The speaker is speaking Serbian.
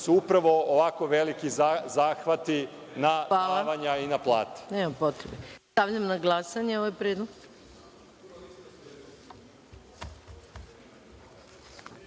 su upravo ovako veliki zahvati na davanja i na plate.